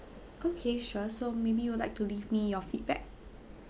okay sure so maybe you would like to leave me your feedback